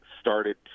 started